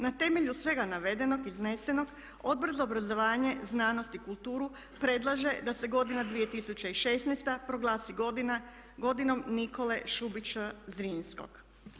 Na temelju svega navedenog, iznesenog Odbor za obrazovanje, znanost i kulturu predlaže da se godina 2016. proglasi godinom Nikole Šubića Zrinskog.